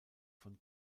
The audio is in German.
von